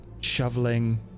shoveling